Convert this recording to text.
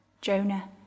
Jonah